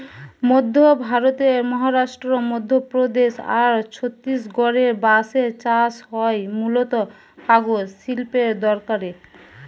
মধ্য ভারতের মহারাষ্ট্র, মধ্যপ্রদেশ আর ছত্তিশগড়ে বাঁশের চাষ হয় মূলতঃ কাগজ শিল্পের দরকারে